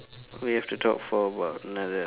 we have talk for about another